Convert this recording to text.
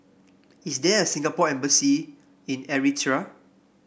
is there a Singapore Embassy in Eritrea